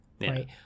right